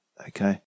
Okay